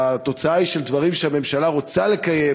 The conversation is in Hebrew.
והתוצאה היא שדברים שהממשלה רוצה לקיים